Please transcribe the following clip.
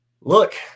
look